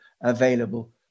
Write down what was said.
available